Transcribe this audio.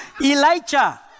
Elijah